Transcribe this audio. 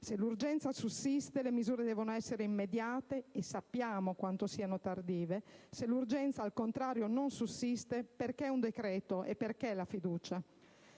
se l'urgenza sussiste, le misure devono essere immediate (e sappiamo quanto siano tardive); se l'urgenza, al contrario, non sussiste, perché un decreto e perché la fiducia?